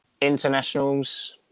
internationals